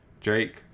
Drake